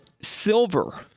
silver